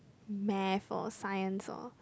math or science or